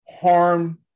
harm